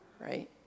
right